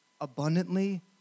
abundantly